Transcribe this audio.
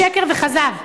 שקר וכזב.